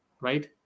right